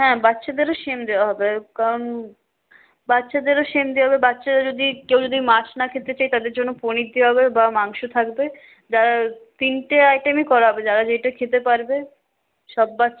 হ্যাঁ বাচ্চাদেরও সেম দেওয়া হবে কারণ বাচ্চাদেরও সেম দেওয়া হবে বাচ্চারা যদি কেউ যদি মাছ খেতে না চায় তাদের জন্য পনির দেওয়া হবে বা মাংস থাকবে যারা তিনটে আইটেমই করা হবে যারা যেটা খেতে পারবে সব বাচ্চা